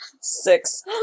Six